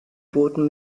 booten